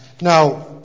Now